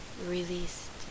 released